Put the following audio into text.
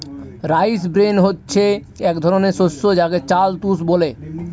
rice bran মানে হচ্ছে এক ধরনের শস্য যাকে চাল তুষ বলে